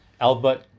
Albert